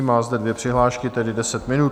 Má zde dvě přihlášky, tedy deset minut.